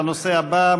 הנושא הבא,